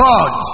God